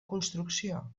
construcció